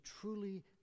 truly